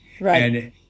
Right